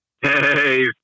Hey